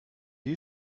you